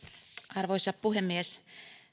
arvoisa puhemies